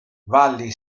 valli